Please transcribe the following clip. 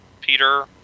Peter